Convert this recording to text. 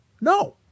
No